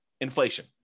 Inflation